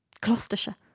Gloucestershire